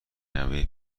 نوه